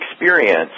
experience